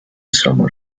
summer